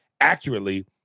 accurately